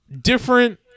different